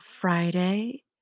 Friday